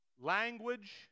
Language